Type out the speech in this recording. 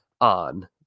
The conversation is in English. on